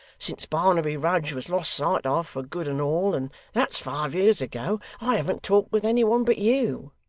since barnaby rudge was lost sight of for good and all and that's five years ago i haven't talked with any one but you